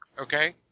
Okay